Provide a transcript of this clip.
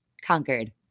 conquered